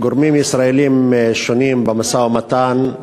גורמים ישראליים שונים במשא-ומתן,